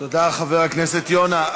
תודה, חבר הכנסת יונה.